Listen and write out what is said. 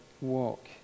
Walk